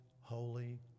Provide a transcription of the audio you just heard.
holy